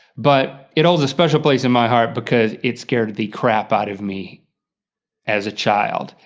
but, it holds a special place in my heart because it scared the crap out of me as a child,